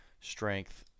strength